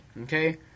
Okay